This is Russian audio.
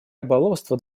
рыболовство